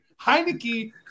Heineke